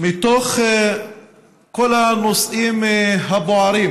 מתוך כל הנושאים הבוערים